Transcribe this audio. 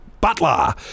butler